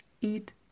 eat